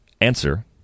answer